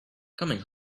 coming